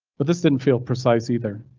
but this didn't feel precise either,